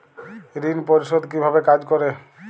ঋণ পরিশোধ কিভাবে কাজ করে?